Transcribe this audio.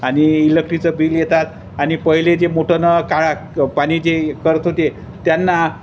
आणि इलेक्ट्रीचं बिल येतात आणि पहिले जे मोटनं काळा पाणी जे करत होते त्यांना